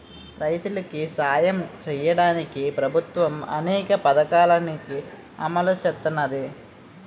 రైతులికి సాయం సెయ్యడానికి ప్రభుత్వము అనేక పథకాలని అమలు సేత్తన్నాది